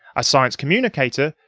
a science communicator,